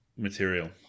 material